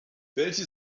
welche